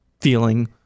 feeling